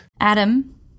Adam